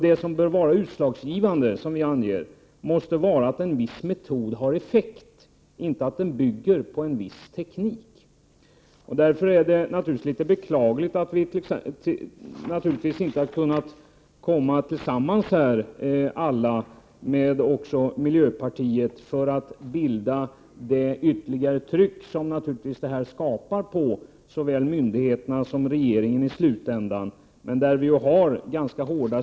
Det som bör vara utslagsgi vande måste vara att en viss metod har effekt, inte att den bygger på viss teknik.” Därför är det naturligtvis litet beklagligt att vi inte tillsammans har kunnat skapa ett ytterligare tryck på såväl myndigheterna som regeringen i slutändan.